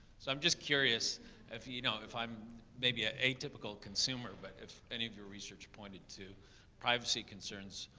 so i'm just curious if, you know, if i'm maybe a atypical consumer, but if any of your research pointed to privacy concerns,